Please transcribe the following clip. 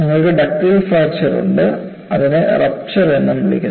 നിങ്ങൾക്ക് ductile fracture ഉണ്ട് അതിനെ റപ്പ്ചർ എന്നും വിളിക്കുന്നു